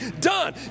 done